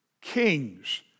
kings